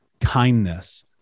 kindness